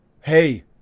Hey